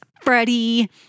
Freddie